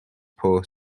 poor